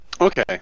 okay